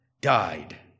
died